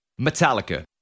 Metallica